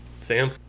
sam